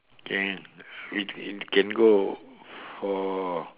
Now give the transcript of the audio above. can which it can go for